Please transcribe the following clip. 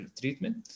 treatment